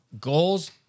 Goals